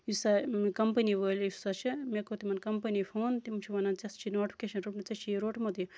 یُس ہسا کَمپٔنی وٲلۍ ٲسۍ یُس ہسا چھِ مےٚ کوٚر تِمَن کَمپٔنی فون تِم چھِ وَنان ژےٚ ہسا چھُے نوٹِفِکیشَن روٚٹمُت ژےٚ چھُے یہِ روٚٹمُت یہِ